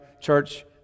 church